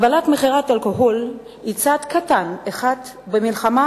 הגבלת מכירת אלכוהול היא צעד קטן אחד במלחמה